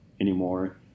anymore